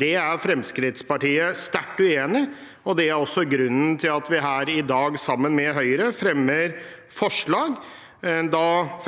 Det er Fremskrittspartiet sterkt uenig i, og det er også grunnen til at vi her i dag, sammen med Høyre, fremmer forslag.